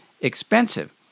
expensive